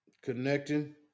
Connecting